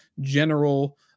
general